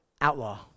Outlaw